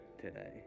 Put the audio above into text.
today